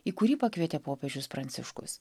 į kurį pakvietė popiežius pranciškus